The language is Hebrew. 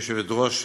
גברתי היושבת-ראש,